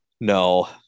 No